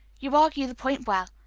you argue the point well.